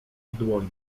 dłoni